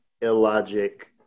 Illogic